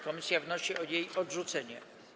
Komisja wnosi o jej odrzucenie.